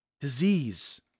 Disease